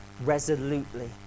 resolutely